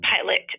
pilot